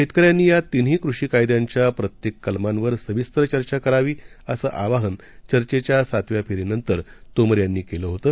शेतकऱ्यांनी या तिन्ही कृषी कायद्यांच्या प्रत्येक कलमांवर सविस्तर चर्चा करावी असं आवाहन चर्चेच्या सातव्या फेरी नंतर तोमर यांनी केलं होतं